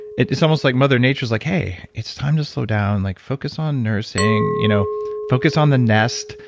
it's it's almost like mother nature is like, hey, it's time to slow down, like focus on nursing, you know focus on the nest.